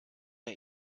der